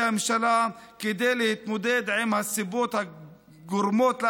הממשלה כדי להתמודד עם הסיבות הגורמות לאלימות,